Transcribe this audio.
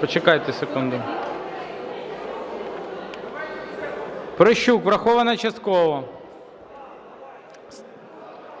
Почекайте секунду. Прощук. Врахована частково.